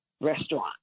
Restaurant